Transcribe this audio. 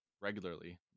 regularly